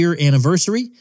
anniversary